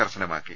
കർശനമാക്കി